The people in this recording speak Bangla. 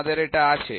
আমাদের এটা আছে